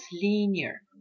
linear